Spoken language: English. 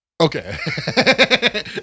Okay